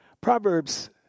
Proverbs